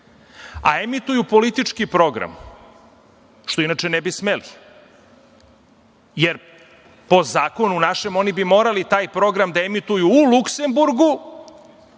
a emituju politički program, što inače ne bi smeli, jer po našem zakonu, oni bi morali taj program da emituju u Luksemburgu,